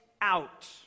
out